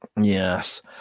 yes